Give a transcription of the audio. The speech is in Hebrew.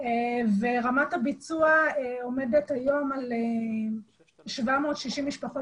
ורמת הביצוע עומדת היום על 760 משפחות